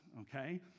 okay